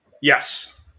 Yes